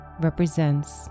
represents